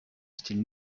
style